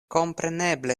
kompreneble